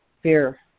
fear